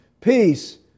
peace